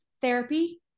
therapy